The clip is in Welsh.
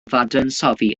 ddadansoddi